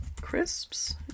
crisps